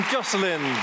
Jocelyn